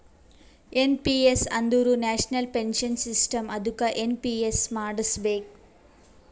N P S ಅಂದುರ್ national pension system ಅದ್ದುಕ NPS ಮಾಡುಸ್ಬೇಕ್